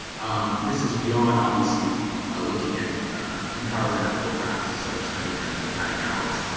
this is beyond obviously looking at ah entirely unethical practices like churning or or padding hours.